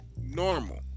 normal